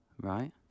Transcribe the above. Right